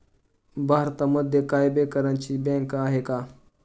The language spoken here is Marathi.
भारतामध्ये काय बेकारांची बँक आहे का?